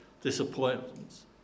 disappointments